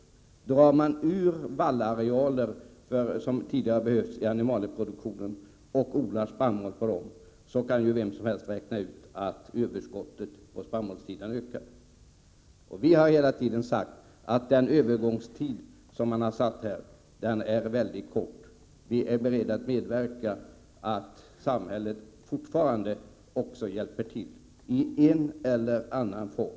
Om man odlar spannmål på den vallareal som tidigare behövdes för animalieproduktion, kan vem som helst räkna ut att överskottet av spannmål ökar. Vi har hela tiden sagt att övergångstiden satts mycket kort. Vi är beredda att medverka till att samhället fortfarande hjälper till i en eller annan form.